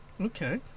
Okay